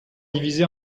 divisé